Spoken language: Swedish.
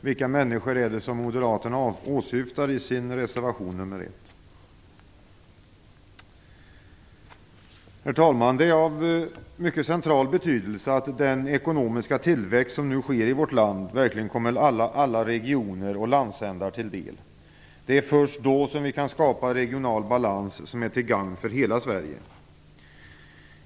Vilka människor är det som moderaterna åsyftar i sin reservation nr 1? Herr talman! Det är av mycket central betydelse att den ekonomiska tillväxt som nu sker i vårt land verkligen kommer alla regioner och landsändar till del. Det är först då som vi kan skapa regional balans som är till gagn för hela Sverige.